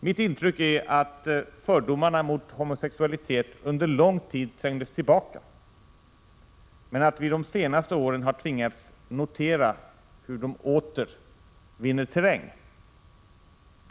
Mitt intryck är att fördomarna mot homosexualitet under lång tid trängdes tillbaka, men att vi de senaste åren tvingats notera hur de åter vinner terräng.